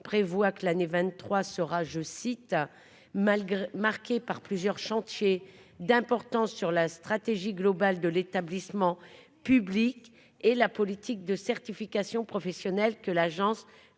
prévoit que l'année 23 sera, je cite, malgré marquée par plusieurs chantiers d'importance sur la stratégie globale de l'établissement public et la politique de certification professionnelle que l'Agence conduit